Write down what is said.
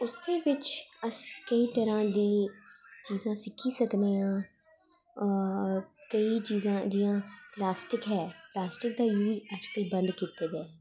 उस दे बिच अस केईं तरहां दी चीजां सिक्खी सकदे आं केईं चीजां जि'यां प्लास्टिक ऐ प्लास्टिक दा यूज अज्ज कल बंद कीते दा ऐ